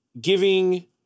giving